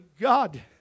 God